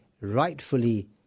rightfully